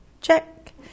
Check